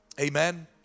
Amen